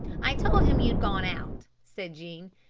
i told him you'd gone out, said jean.